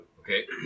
Okay